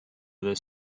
this